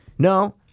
No